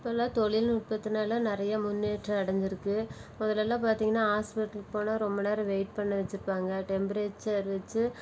இப்போ உள்ள தொழில் நுட்பத்தினால நிறைய முன்னேற்றம் அடைஞ்சிருக்கு முதலெல்லாம் பார்த்தீங்கன்னா ஹாஸ்பிட்டல் போனால் ரொம்ப நேரம் வெயிட் பண்ண வைச்சிருப்பாங்க டெம்பரேச்சர் வச்சு